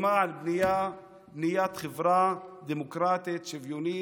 למען בניית חברה דמוקרטית, שוויונית,